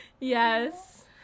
yes